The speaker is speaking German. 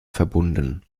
verbunden